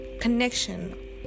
connection